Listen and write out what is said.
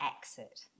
exit